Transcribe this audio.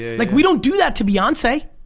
like we don't do that to beyonce.